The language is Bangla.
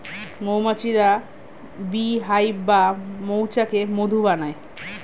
মৌমাছিরা বী হাইভ বা মৌচাকে মধু বানায়